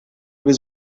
was